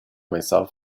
myself